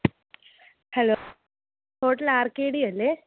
hello hotel R K D അല്ലേ